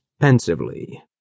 pensively